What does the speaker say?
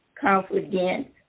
confidence